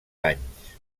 anys